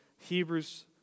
Hebrews